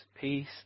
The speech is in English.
peace